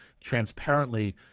transparently